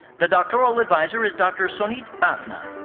the doctoral adviser is dr. soonit bachna.